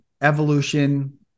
evolution